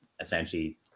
Essentially